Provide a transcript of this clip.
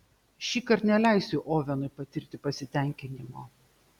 šįkart neleisiu ovenui patirti pasitenkinimo